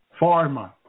Pharma